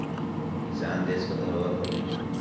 किसान देस के धरोहर होलें